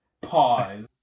pause